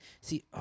see